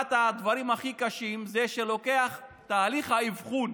אחד הדברים הכי קשים הוא שתהליך האבחון